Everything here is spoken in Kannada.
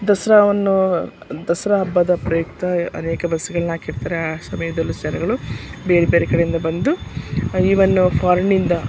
ದಸರಾವನ್ನು ದಸರಾ ಹಬ್ಬದ ಪ್ರಯುಕ್ತ ಅನೇಕ ಬಸ್ಗಳ್ನ ಹಾಕಿರ್ತಾರೆ ಆ ಸಮಯದಲ್ಲೂ ಸಹ ಜನಗಳು ಬೇರೆ ಬೇರೆ ಕಡೆಯಿಂದ ಬಂದು ಇವನ್ನು ಫಾರಿನಿಂದ